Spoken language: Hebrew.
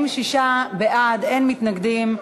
46 בעד, אין מתנגדים.